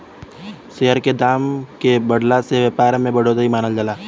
share के दाम के बढ़ला से व्यापार में बढ़ोतरी मानल जाला